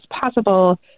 possible